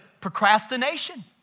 procrastination